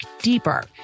deeper